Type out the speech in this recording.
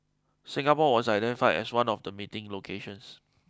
Singapore was identified as one of the meeting locations